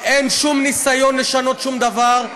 אין שום ניסיון לשנות שום דבר,